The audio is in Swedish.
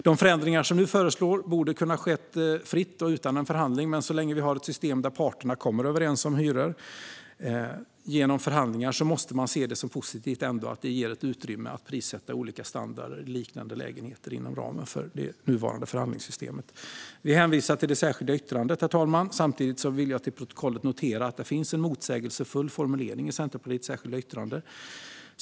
De förändringar som nu föreslås borde kunna ske fritt och utan en förhandling, men så länge vi har ett system där parterna kommer överens om hyror genom förhandlingar måste man se det som positivt att det ger utrymme för att prissätta olika standarder i liknande lägenheter inom ramen för det nuvarande förhandlingssystemet. Vi hänvisar till det särskilda yttrandet, herr talman. Samtidigt vill jag till protokollet notera att det finns en motsägelsefull formulering i Centerpartiets särskilda yttrande.